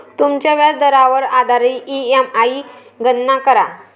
तुमच्या व्याजदरावर आधारित ई.एम.आई गणना करा